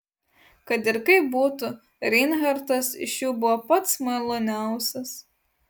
kad ir kaip būtų reinhartas iš jų buvo pats maloniausias